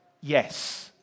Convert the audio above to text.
Yes